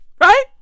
Right